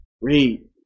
Read